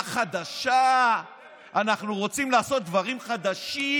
ספורט, אביגדור ליברמן רואה כדורגל,